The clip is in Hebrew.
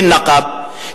בנאקב,